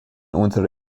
unsere